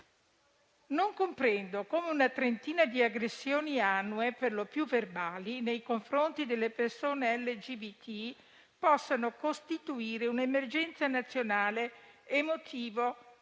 Non comprendo come una trentina di aggressioni annue, perlopiù verbali, nei confronti delle persone LGBT, possano costituire un'emergenza nazionale e motivo